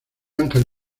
angel